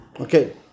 Okay